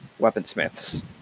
weaponsmiths